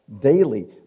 daily